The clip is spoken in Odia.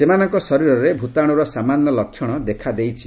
ସେମାନଙ୍କ ଶରୀରରେ ଭୂତାଣୁର ସାମାନ୍ୟ ଲକ୍ଷଣ ଦେଖାଦେଇଛି